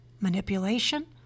manipulation